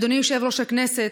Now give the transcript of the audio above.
אדוני יושב-ראש הכנסת,